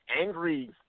angry